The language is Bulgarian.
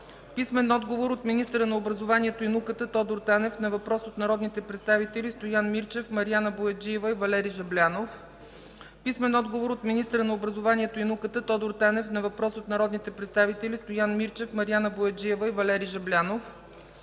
Жаблянов; - министъра на образованието и науката Тодор Танев на въпрос от народните представители Стоян Мирчев, Мариана Бояджиева и Валери Жаблянов; - министъра на образованието и науката Тодор Танев на въпрос от народните представители Стоян Мирчев, Мариана Бояджиева и Валери Жаблянов;